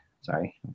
Sorry